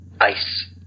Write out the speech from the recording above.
Ice